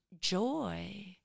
joy